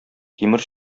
тимер